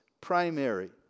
primary